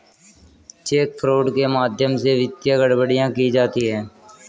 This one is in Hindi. चेक फ्रॉड के माध्यम से वित्तीय गड़बड़ियां की जाती हैं